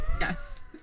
Yes